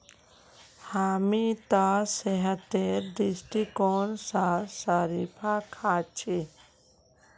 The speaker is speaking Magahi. हामी त सेहतेर दृष्टिकोण स शरीफा खा छि